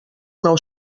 nou